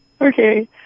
Okay